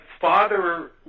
father